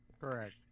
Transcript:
Correct